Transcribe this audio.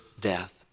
death